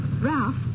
Ralph